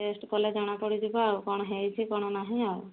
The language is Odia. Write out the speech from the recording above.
ଟେଷ୍ଟ କଲେ ଜଣାପଡ଼ିଯିବ ଆଉ କ'ଣ ହୋଇଛି କ'ଣ ନାହିଁ ଆଉ